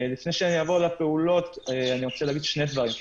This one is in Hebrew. לפני שאעבור לפעולות אני מבקש לומר שני דברים: